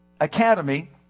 academy